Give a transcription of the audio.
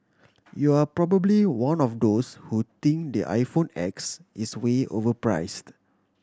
you're probably one of those who think the iPhone X is way overpriced